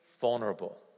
vulnerable